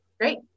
Great